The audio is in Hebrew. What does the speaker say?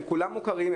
הם כולם מוכרים,